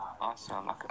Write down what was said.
Awesome